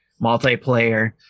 Multiplayer